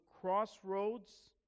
crossroads